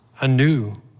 anew